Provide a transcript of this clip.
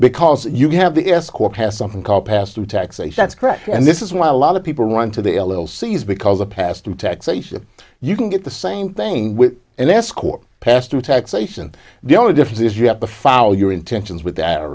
because you have the escort has something called pass through taxation that's correct and this is why a lot of people want to the a little cs because of past of taxation you can get the same thing with an escort pass through taxation the only difference is you have to follow your intentions with that